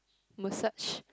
massage